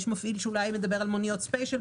יש מפעיל שאולי מדבר על מוניות ספישל,